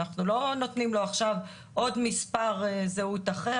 אנחנו לא נותנים לו עכשיו עוד מספר זהות אחר,